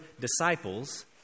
disciples